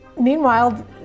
meanwhile